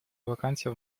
вакансия